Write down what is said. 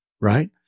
right